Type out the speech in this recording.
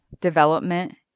development